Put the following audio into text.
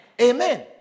Amen